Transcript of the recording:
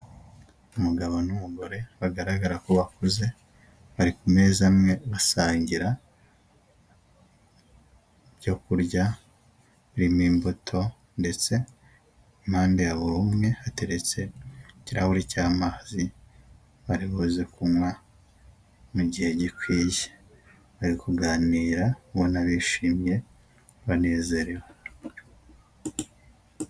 Umugabo n'umugore bagaragara ko bakuze bari ku meza amwe basangira ibyoku kurya birimo imbuto ndetse impande ya buri umwe hateretse ikirahuri cy'amazi baribuze kunywa mu gihe gikwiye bari kuganira ubona ko bishimye banezerewe.